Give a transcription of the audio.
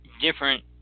Different